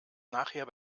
nachher